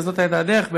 וזאת הייתה הדרך.